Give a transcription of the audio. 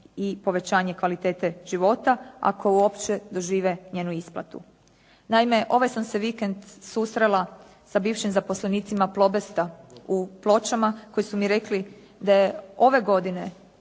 i povećanje kvalitete života ako uopće dožive njenu isplatu. Naime, ovaj sam se vikend susrela sa bivšim zaposlenicima "Plobesta" u Pločama koji su mi rekli da je ove godine